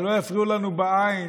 שלא יפריעו לנו בעין,